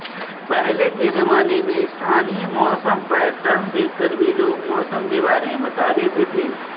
पहले के ज़माने में स्थानीय मौसम पैटर्न देख कर भी लोग मौसम के बारे में बता देते थे